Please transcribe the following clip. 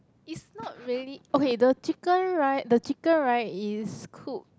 is not really okay the chicken right the chicken right is cook